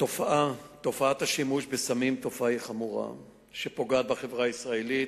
תופעת השימוש בסמים היא תופעה חמורה שפוגעת בחברה הישראלית.